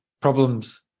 problems